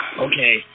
okay